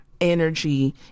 energy